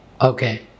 okay